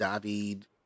david